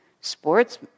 sports